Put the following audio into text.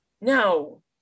no